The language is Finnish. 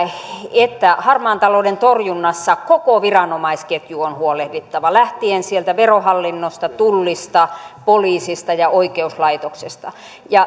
että harmaan talouden torjunnassa koko viranomaisketju on huolehdittava lähtien sieltä verohallinnosta tullista poliisista ja oikeuslaitoksesta